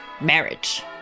marriage